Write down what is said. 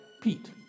Pete